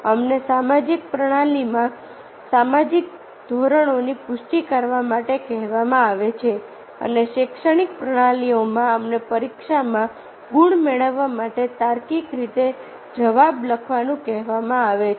અમને સામાજિક પ્રણાલીમાં સામાજિક ધોરણોની પુષ્ટિ કરવા માટે કહેવામાં આવે છે અને શૈક્ષણિક પ્રણાલીમાં અમને પરીક્ષામાં ગુણ મેળવવા માટે તાર્કિક રીતે જવાબ લખવાનું કહેવામાં આવે છે